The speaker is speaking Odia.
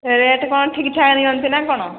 ରେଟ୍ କ'ଣ ଠିକ୍ ଠାକ୍ ନିଅନ୍ତି ନା କ'ଣ